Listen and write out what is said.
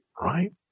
Right